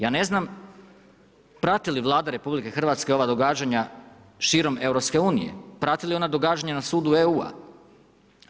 Ja ne znam prati li Vlada RH ova događanja širom EU, prati li ona događanja na sudu EU-a?